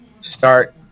start